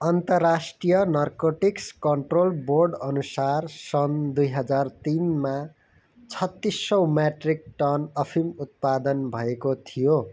अन्तर्राष्ट्रिय narcotics control board अनुसार सन् दुई हजार तिनमा छत्तीस सौ म्याट्रिक टन अफिम उत्पादन भएको थियो